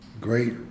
great